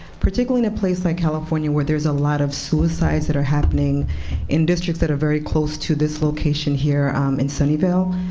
particularly in a place like california, where there's a lot of suicides that are happening in districts that are very close to this location here in sunnyvale?